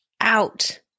out